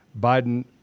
Biden